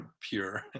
pure